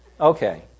Okay